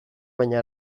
baina